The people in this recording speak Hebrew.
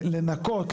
לנכות,